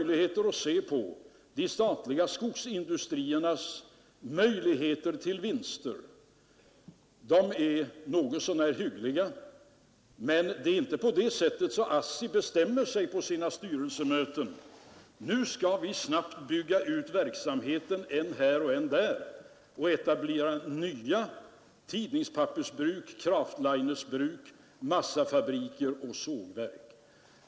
Vi kan också se på de statliga skogsindustriernas möjligheter att göra Nr 140 vinster. De möjligheterna är något så när hyggliga. Men det är inte så att Onsdagen den man på ASSI: styrelsemöten bestämmer sig för att nu skall vi snabbt 13 december 1972 bygga ut verksamheten där och där och etablera nya tidningspappersbruk, craftlinerbruk, massafabriker och sågverk.